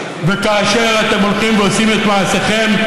וכאשר אתם הולכים ועושים את מעשיכם,